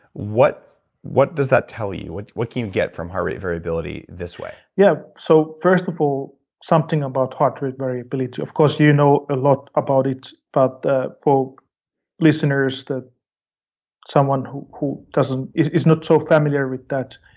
what what does that tell you? what what can you get from heart rate variability this way? yeah, so first of all, something about heart rate variability, of course you know a lot about it. but for listeners that someone who who doesn't, is is not so familiar with that.